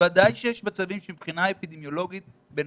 בוודאי שיש מצבים שמבחינה אפידמיולוגית בן